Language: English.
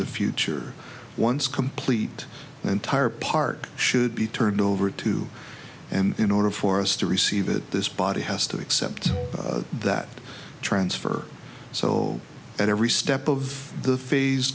the future once complete the entire park should be turned over to and in order for us to receive it this body has to accept that transfer so at every step of the phase